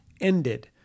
ended